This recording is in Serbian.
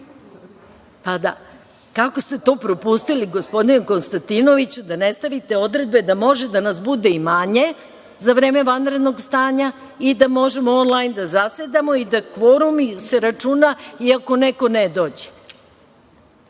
Pa, da. Kako ste to propustili, gospodine Konstantinoviću, da ne stavite odredbe da može da nas bude i manje za vreme vanrednog stanja i da možemo onlajn da zasedamo i da se kvorum računa iako neko ne dođe? Eto,